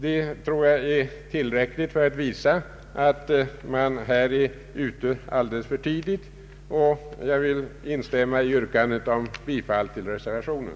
Det tror jag utgör ett tillräckligt bevis för att man här är ute alltför tidigt, och jag vill instämma i yrkandet om bifall till reservationen.